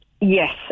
Yes